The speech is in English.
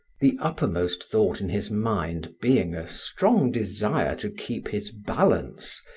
the uppermost thought in his mind being a strong desire to keep his balance,